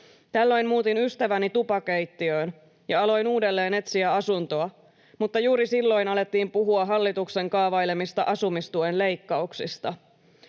Tällöin muutin ystäväni tupakeittiöön ja aloin uudelleen etsiä asuntoa, mutta juuri silloin alettiin puhua hallituksen kaavailemista asumistuen leikkauksista.